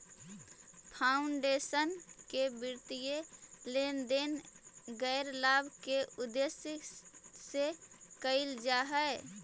foundation के वित्तीय लेन देन गैर लाभ के उद्देश्य से कईल जा हई